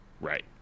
Right